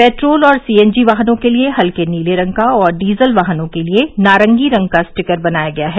petrol और CNG वाहनों के लिए हल्के नीले रंग का और डीजल वाहनों के लिए नारंगी रंग का स्टिकर बनाया गया है